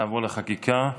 נעבור לחקיקה.